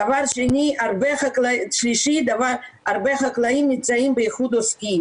דבר שלישי, הרבה חקלאים נמצאים באיחוד עוסקים.